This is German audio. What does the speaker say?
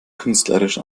künstlerisch